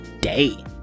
day